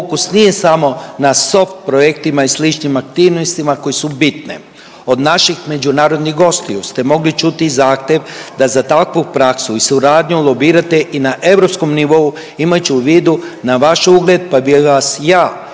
fokus nije samo na soft projektima i sličnim aktivnostima koje su bitne. Od naših međunarodnih gostiju ste mogli čuti i zahtjev da za takvu praksu i suradnju lobirate i na europskom nivou imajući u vidu na vaš ugled, pa bi vas ja